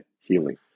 healing